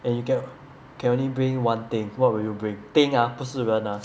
and you ca~ can only bring one thing what will you bring thing ah 不是人 ah